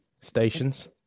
stations